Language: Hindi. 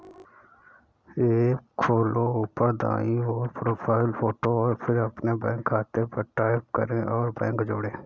ऐप खोलो, ऊपर दाईं ओर, प्रोफ़ाइल फ़ोटो और फिर अपने बैंक खाते पर टैप करें और बैंक जोड़ें